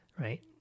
right